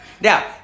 Now